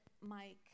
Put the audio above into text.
Mike